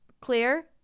Clear